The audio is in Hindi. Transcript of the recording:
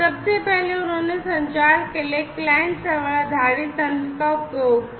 सबसे पहले उन्होंने संचार के लिए क्लाइंट सर्वर आधारित तंत्र का उपयोग किया